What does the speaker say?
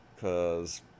Cause